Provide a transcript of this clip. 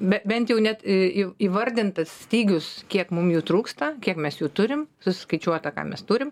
be bent jau net į įv įvardintas stygius kiek mum jų trūksta kiek mes jų turim susiskaičiuota ką mes turim